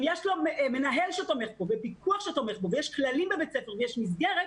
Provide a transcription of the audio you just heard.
אם יש לו מנהל שתומך בו ופיקוח שתומך בו ויש כללים בבית הספר ויש מסגרת,